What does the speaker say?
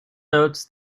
notes